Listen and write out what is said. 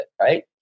Right